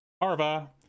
Arva